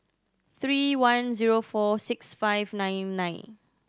three one zero four six five nine nine